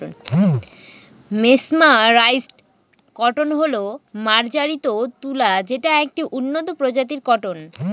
mesmerised cotton হল মার্জারিত তুলা যেটা একটি উন্নত প্রজাতির কটন